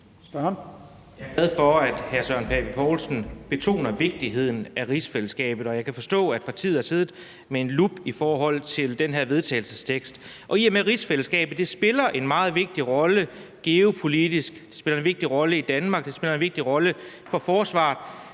Jeg er glad for, at hr. Søren Pape Poulsen betoner vigtigheden af rigsfællesskabet, og jeg kan forstå, at partiet har siddet med en lup i forhold til den her vedtagelsestekst. Og i og med at rigsfællesskabet spiller en meget vigtig rolle geopolitisk, spiller en vigtig rolle i Danmark og spiller en vigtig rolle for forsvaret,